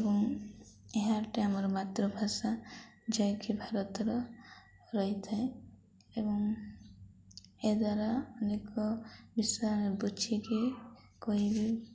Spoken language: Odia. ଏବଂ ଏହା ଗୋଟେ ଆମର ମାତୃଭାଷା ଯାହାକି ଭାରତର ରହିଥାଏ ଏବଂ ଏହା ଦ୍ୱାରା ଅନେକ ବିଷୟ ଆମେ ବୁଝିକି କହିବି